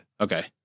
okay